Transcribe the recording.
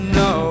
no